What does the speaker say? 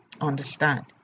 understand